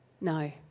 No